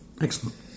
excellent